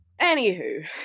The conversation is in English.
Anywho